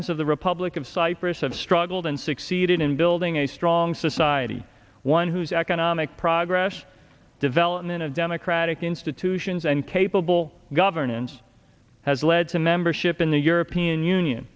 of the republic of cyprus have struggled and succeeded in building a strong society one whose economic progress development of democratic institutions and capable governance has led to membership in the european union